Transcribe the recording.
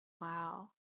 Wow